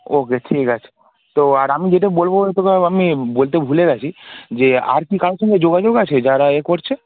ওকে ঠিক আছে তো আর আমি যেটা বলব বলে তোকে আমি বলতে ভুলে গিয়েছি যে আর কি কারও সঙ্গে যোগাযোগ আছে যারা এ করছে